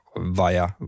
via